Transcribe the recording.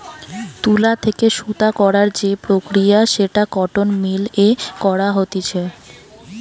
তুলো থেকে সুতো করার যে প্রক্রিয়া সেটা কটন মিল এ করা হতিছে